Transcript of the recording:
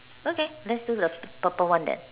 okay let's do the purple one then